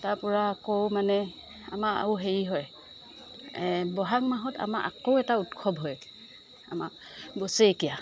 তাৰ পৰা আকৌ মানে আমাৰ আৰু হেৰি হয় এই বহাগ মাহত আমাৰ আকৌ এটা উৎসৱ হয় আমাৰ বছৰেকীয়া